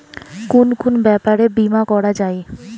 কুন কুন ব্যাপারে বীমা করা যায়?